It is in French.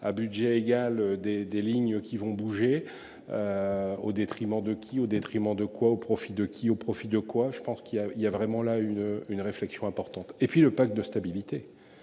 à budget égal des, des lignes qui vont bouger. Au détriment de qui. Au détriment de quoi au profit de qui. Au profit de quoi. Je pense qu'il y a il y a vraiment la une une réflexion importante et puis le pacte de stabilité.